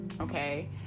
Okay